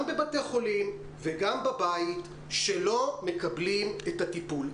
גם בבתי חולים וגם בבית, שלא מקבלים את הטיפול?